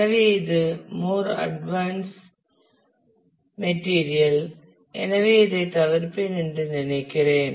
எனவே இது more advance material எனவே இதை தவிர்ப்பேன் என்று நினைக்கிறேன்